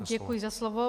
Děkuji za slovo.